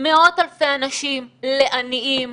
מאות אלפי אנשים לעניים,